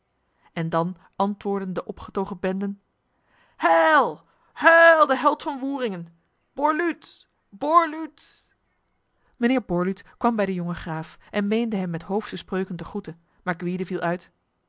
en dan antwoordden de opgetogen benden heil heil de held van woeringen borluut borluut mijnheer borluut kwam bij de jonge graaf en meende hem met hoofse spreuken te groeten maar gwyde viel uit